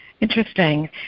Interesting